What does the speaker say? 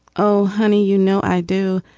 oh, honey, you know i do.